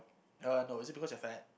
uh no is it because you're fat